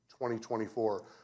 2024